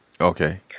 Okay